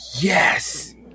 Yes